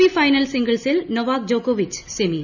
P final സിംഗിൾസിൽ Novak ജോക്കോവിച്ച് സെമിയിൽ